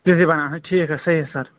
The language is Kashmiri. بَنان ہہ ٹھیٖک حظ صحیح سَر